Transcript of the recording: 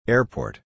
Airport